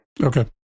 Okay